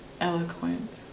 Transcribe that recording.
eloquent